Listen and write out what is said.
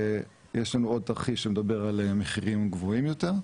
ויש לנו עוד תרחיש, שמדבר על מחירים גבוהים יותר.